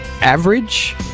average